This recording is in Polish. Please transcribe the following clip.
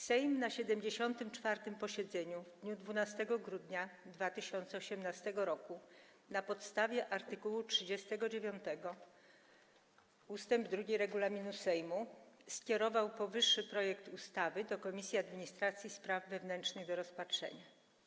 Sejm na 74. posiedzeniu w dniu 12 grudnia 2018 r. na podstawie art. 39 ust. 2 regulaminu Sejmu skierował powyższy projekt ustawy do Komisji Administracji i Spraw Wewnętrznych do rozpatrzenia.